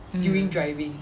mm